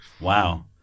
Wow